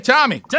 Tommy